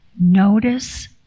Notice